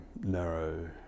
narrow